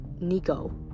Nico